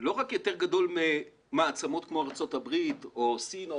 לא רק יותר גדול ממעצמות כמו ארצות הברית או סין או